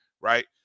right